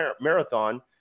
marathon